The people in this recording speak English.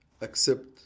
accept